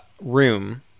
room